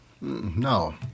No